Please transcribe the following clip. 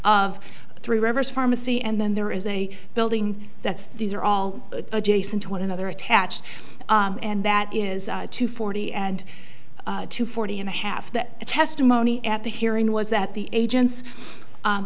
of three rivers pharmacy and then there is a building that's these are all adjacent to one another attached and that is two forty and two forty and a half that testimony at the hearing was that the agents